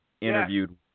interviewed